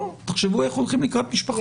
תחשבו איך הולכים לקראת משפחות.